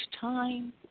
time